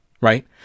right